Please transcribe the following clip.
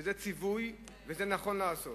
שזה ציווי וזה נכון לעשות,